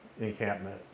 encampment